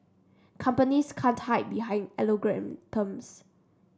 companies can't hide behind algorithms